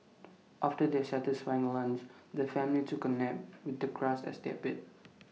after their satisfying lunch the family took A nap with the grass as their bed